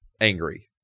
angry